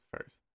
first